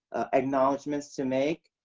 announcements to make.